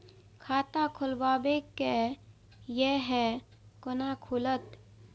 खाता खोलवाक यै है कोना खुलत?